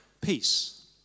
peace